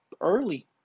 early